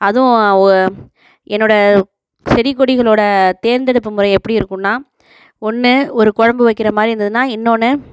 அதுவும் ஓ என்னோட செடி கொடிகளோட தேர்ந்தெடுப்பு முறை எப்படி இருக்குதுன்னா ஒன்று ஒரு குழம்பு வைக்கிற மாதிரி இருந்ததுனால் இன்னொன்று